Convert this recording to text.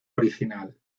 original